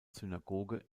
synagoge